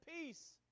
peace